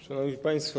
Szanowni Państwo!